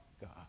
God